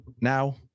Now